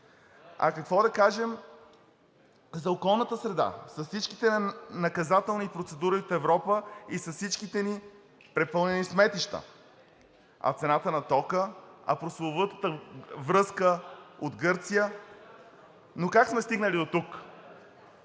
А какво да кажем за околната среда с всичките наказателни процедури от Европа и с всичките ни препълнени сметища?! А цената на тока?! А прословутата връзка от Гърция?! Но как сме стигнали дотук?